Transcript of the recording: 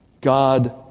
God